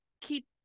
keep